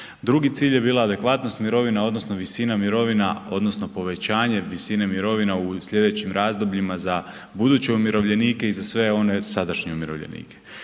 Drugi cilj je bila adekvatnost mirovina, odnosno visina mirovina, odnosno povećanje visine mirovina u sljedećim razdobljima za buduće umirovljenike i za sve one sadašnje umirovljenike.